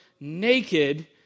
naked